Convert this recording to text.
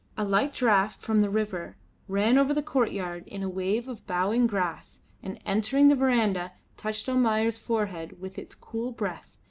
a light draught from the river ran over the courtyard in a wave of bowing grass and, entering the verandah, touched almayer's forehead with its cool breath,